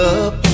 up